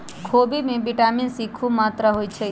खोबि में vitamin C खूब मत्रा होइ छइ